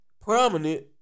prominent